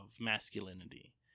masculinity